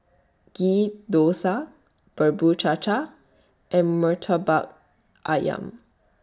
Ghee Thosai Bubur Cha Cha and Murtabak Ayam